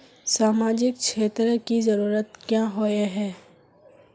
सामाजिक क्षेत्र की जरूरत क्याँ होय है?